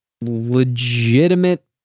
legitimate